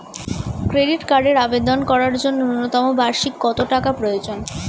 Credit কার্ডের আবেদন করার জন্য ন্যূনতম বার্ষিক কত টাকা প্রয়োজন?